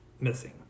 missing